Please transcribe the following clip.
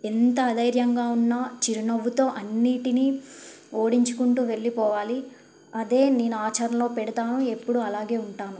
ఎంత ధైర్యంగా ఉన్న చిరునవ్వుతో అన్నిటినీ ఓడించుకుంటూ వెళ్ళిపోవాలి అదే నేను ఆచారంలో పెడతాను ఎప్పుడూ అలాగే ఉంటాను